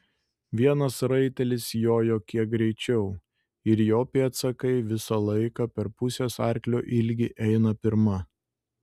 vienas raitelis jojo kiek greičiau ir jo pėdsakai visą laiką per pusės arklio ilgį eina pirma